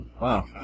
Wow